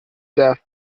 death